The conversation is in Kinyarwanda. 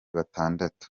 batandatu